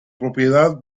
propiedad